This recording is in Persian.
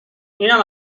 اینم